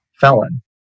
felon